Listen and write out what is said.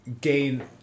gain